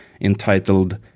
entitled